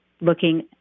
looking